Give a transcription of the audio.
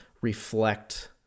reflect